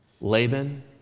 Laban